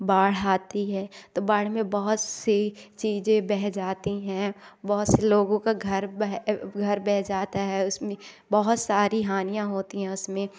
बाढ़ आती है तो बाढ़ में बहुत से चीज़े बह जाती हैं बहुत से लोगों का घर बह जाता है उसमें बहुत सारी हानियां होती है उसमें